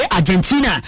Argentina